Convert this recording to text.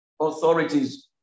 authorities